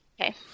Okay